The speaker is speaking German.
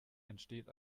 entsteht